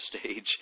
stage